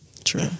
True